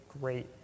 great